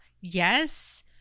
Yes